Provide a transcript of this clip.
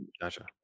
gotcha